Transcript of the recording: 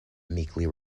meekly